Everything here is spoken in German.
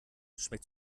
schmeckt